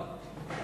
לא.